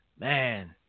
man